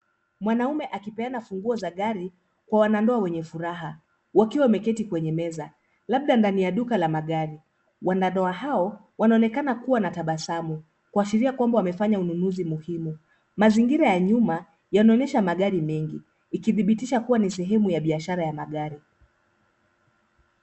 Mwanaume akipeana funguo za gari kwa wanandoa wenye furaha wakiwa wameketi kwenye meza labda ndani ya duka la magari. Wanandoa hao wanaonekana kuwa na tabasamu kuashiria kwamba wanafanya ununuzi muhimu. Maizingira ya nyuma yanaonyesha magari mengi ikidhibitisha kuwa ni sehemu ya biashara ya magari.